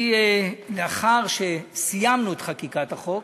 לאחר שסיימנו את חקיקת החוק,